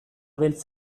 beltz